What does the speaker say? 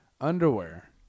underwear